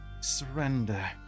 surrender